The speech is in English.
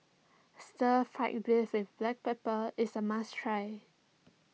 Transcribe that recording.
Stir Fry Beef with Black Pepper is a must try